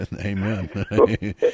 Amen